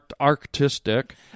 artistic